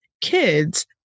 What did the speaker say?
kids